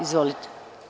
Izvolite.